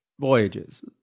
voyages